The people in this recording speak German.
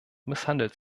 misshandelt